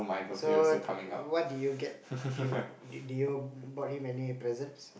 so what do you get him do you bought him any presents